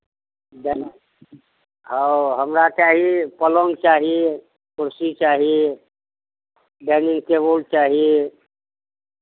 देनाइ ओ हमरा चाही पलङ्ग चाही कुर्सी चाही डाइनिंग टेबुल चाही